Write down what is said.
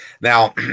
Now